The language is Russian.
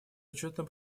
учетом